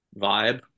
vibe